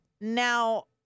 Now